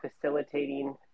facilitating